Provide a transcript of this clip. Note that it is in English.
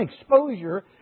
exposure